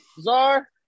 Czar